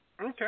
Okay